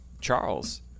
Charles